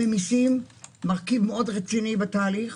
הממסים הם מרכיב מאוד רציני בתהליך.